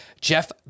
Jeff